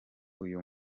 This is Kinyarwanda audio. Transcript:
uyu